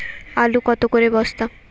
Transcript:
আলু কত করে বস্তা?